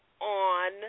on